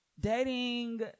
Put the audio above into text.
dating